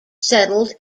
settled